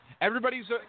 everybody's